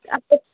آپ کو